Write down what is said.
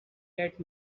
that